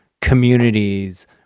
communities